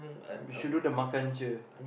you should do the makan cheer